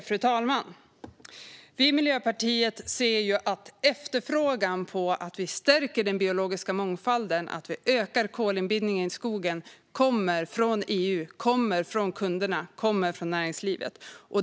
Fru talman! Vi i Miljöpartiet ser ju att efterfrågan på att stärka den biologiska mångfalden och öka kolinbindningen i skogen kommer från EU, från kunderna och från näringslivet.